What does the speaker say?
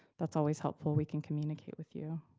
that's always helpful. we can communicate with you.